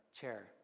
chair